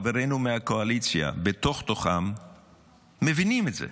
חברינו מהקואליציה, בתוך-תוכם מבינים את זה.